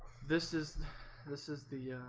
this is this is the